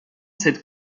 cette